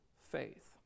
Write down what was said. faith